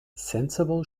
sensible